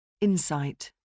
Insight